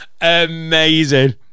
Amazing